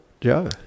Joe